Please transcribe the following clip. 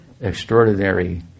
extraordinary